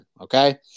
okay